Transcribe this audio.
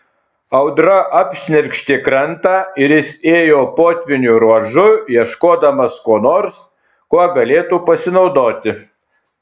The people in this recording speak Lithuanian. audra apšnerkštė krantą ir jis ėjo potvynio ruožu ieškodamas ko nors kuo galėtų pasinaudoti